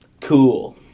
Cool